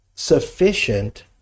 sufficient